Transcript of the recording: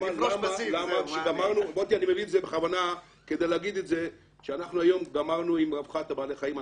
כדוגמה כדי לומר שהיום גמרנו עם רווחת בעלי החיים.